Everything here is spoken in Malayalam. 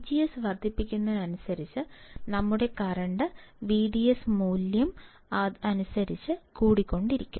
VGS വർദ്ധിക്കുന്നതിനനുസരിച്ച് നമ്മുടെ കറണ്ട് VDS മൂല്യം അനുസരിച്ച് കൂടിക്കൊണ്ടിരിക്കും